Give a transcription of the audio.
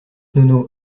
nono